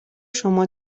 شما